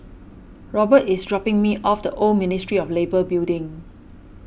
Robert is dropping me off the Old Ministry of Labour Building